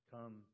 Come